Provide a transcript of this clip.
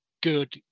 good